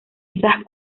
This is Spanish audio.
estas